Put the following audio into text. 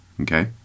Okay